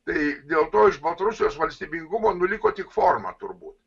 tai dėl to iš baltarusijos valstybingumo nu liko tik forma turbūt